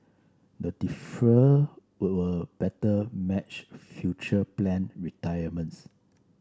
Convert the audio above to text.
the deferral will better match future planned retirements